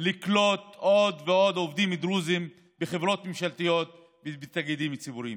לקלוט עוד ועוד עובדים דרוזים בחברות ממשלתיות ובתאגידים ציבוריים.